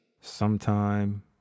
Sometime